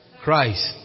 Christ